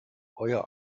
euer